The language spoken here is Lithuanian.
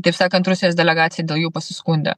taip sakant rusijos delegacija dėl jų pasiskundė